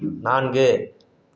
நான்கு